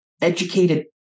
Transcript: educated